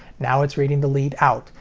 now, it's reading the lead-out,